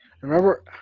Remember